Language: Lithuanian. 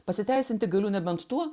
pasiteisinti galiu nebent tuo